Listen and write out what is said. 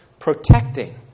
Protecting